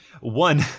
one